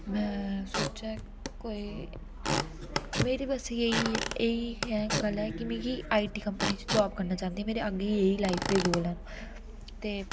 में सोचेआ कोई मेरी बस यही इयै गल्ल ऐ कि आईटी कम्पनी च जाब करना चाह्न्नी मेरी अग्गै एह् ही लाइफ दे गोल ऐ